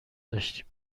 داشتیم